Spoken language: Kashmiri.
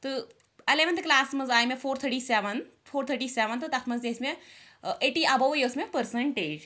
تہٕ اَلیوَنتھہٕ کَلاسَس منٛز آیہِ مےٚ four thirty seven four thirty seven تہٕ تَتھ منٛز تہِ ٲسۍ مےٚ ٲں ایٹی ایٚبو وٕے ٲس مےٚ پٔرسَنٹیج